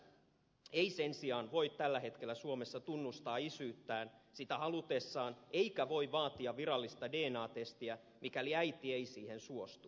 biologinen isä ei sen sijaan voi tällä hetkellä suomessa tunnustaa isyyttään sitä halutessaan eikä voi vaatia virallista dna testiä mikäli äiti ei siihen suostu